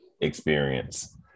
experience